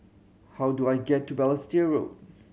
how do I get to Balestier Road